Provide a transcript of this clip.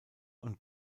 und